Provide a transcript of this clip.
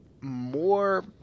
more